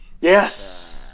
Yes